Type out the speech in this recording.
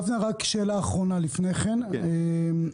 שאלה אחרונה לפני שאנחנו ממשיכים.